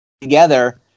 together